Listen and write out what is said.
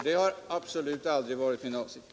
Det har aldrig varit min avsikt.